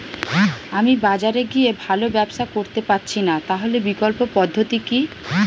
আমি বাজারে গিয়ে ভালো ব্যবসা করতে পারছি না তাহলে বিকল্প পদ্ধতি কি?